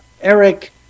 Eric